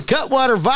Cutwater